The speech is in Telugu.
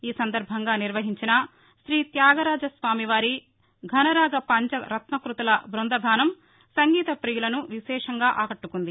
ఈ సందర్బంగా నిర్వహించిన శ్రీత్యాగరాజస్వామివారి ఘనరాగ పంచ రత్నక్బతుల బ్బందగానం సంగీత పియులను విశేషంగా ఆకట్టుకుంది